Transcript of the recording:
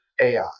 AI